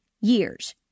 years